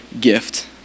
gift